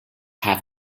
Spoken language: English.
have